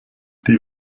die